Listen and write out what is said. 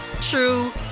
true